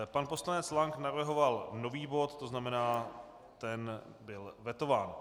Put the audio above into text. Pan poslanec Lank navrhoval nový bod, to znamená, ten byl vetován.